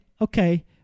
okay